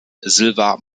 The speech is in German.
silva